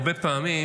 הרבה פעמים